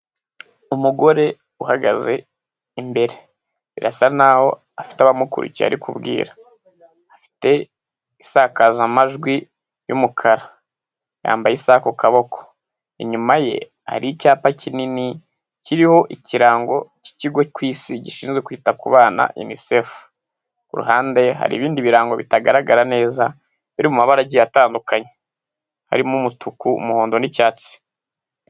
Umugore uhagaze imbere, birasa n'aho afite abamukurikiye ari kubwira, afite isakazamajwi y'umukara yambaye isaha ku kaboko, inyuma ye hari icyapa kinini kiriho ikirango k'ikigo ku isi gishinzwe kwita ku bana Unicef ku ruhande hari ibindi birango bitagaragara neza biri mu mabara agiye atandukanye, harimo umutuku, umuhondo n'icyatsi.